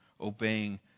obeying